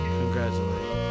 Congratulate